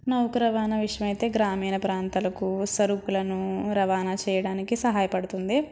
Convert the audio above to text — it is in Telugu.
నౌక రవాణా విషయమైతే గ్రామీణ ప్రాంతాలకు సరుకులను రవాణా చేయడానికి సహాయపడుతుంది